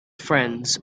friends